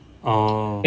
oh